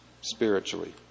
spiritually